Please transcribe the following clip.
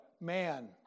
man